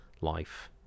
life